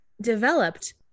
developed